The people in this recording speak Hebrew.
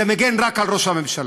זה מגן רק על ראש הממשלה.